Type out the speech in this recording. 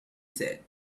said